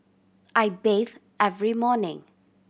I bathe every morning